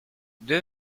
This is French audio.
deux